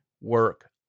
work